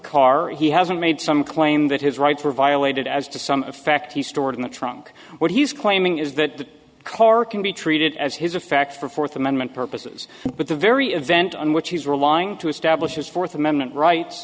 and he hasn't made some claim that his rights were violated as to some effect he stored in the trunk what he's claiming is that the car can be treated as his affect for fourth amendment purposes but the very event on which he's relying to establish his fourth amendment rights